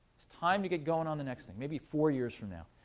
it's time to get going on the next thing maybe four years from now.